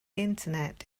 internet